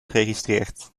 geregistreerd